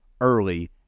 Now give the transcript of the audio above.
early